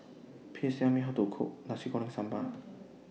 Please Tell Me How to Cook Nasi Goreng Sambal